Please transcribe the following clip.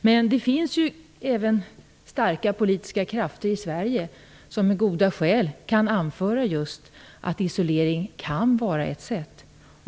Men det finns även starka politiska krafter i Sverige som med goda skäl kan anföra att just isolering kan vara ett sätt.